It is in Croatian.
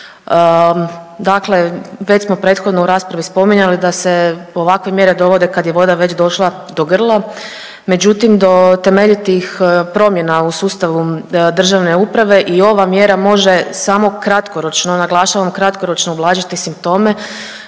Dakle već smo prethodno u raspravi spominjali da se ovakve mjere dovode kad je voda već došla do grla, međutim do temeljitih promjena u sustavu državne uprave i ova mjera može samo kratkoročno, naglašavam kratkoročno, ublažiti simptome,